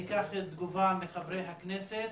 ניקח תגובה מחברי הכנסת,